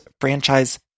franchise